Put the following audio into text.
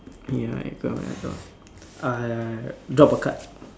ya uh drop a card